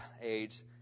age